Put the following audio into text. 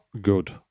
good